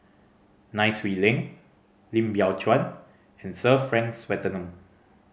Nai Swee Leng Lim Biow Chuan and Sir Frank Swettenham